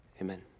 Amen